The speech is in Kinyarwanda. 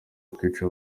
ukwica